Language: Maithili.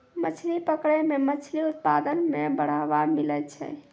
मछली पकड़ै मे मछली उत्पादन मे बड़ावा मिलै छै